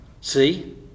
see